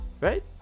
Right